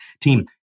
Team